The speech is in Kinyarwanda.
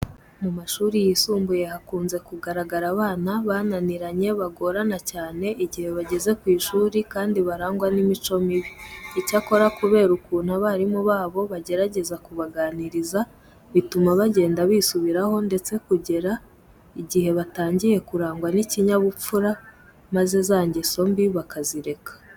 Mu mashuri yisumbuye hakunze kugaragara abana bananiranye bagorana cyane igihe bageze ku ishuri kandi barangwa n'imico mibi. Icyakora kubera ukuntu abarimu babo bagerageza kubaganiriza, bituma bagenda bisubiraho ndetse kugera igihe batangiye kurangwa n'ikinyabupfura maze za ngeso mbi bakazireka.